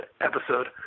episode